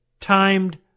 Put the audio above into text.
timed